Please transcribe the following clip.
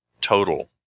total